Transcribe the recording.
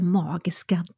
magiska